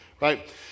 right